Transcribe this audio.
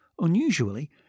unusually